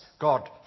God